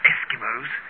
Eskimos